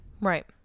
Right